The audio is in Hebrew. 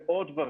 ועוד דברים.